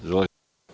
Izvolite.